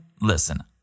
listen